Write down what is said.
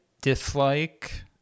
dislike